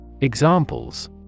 Examples